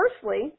firstly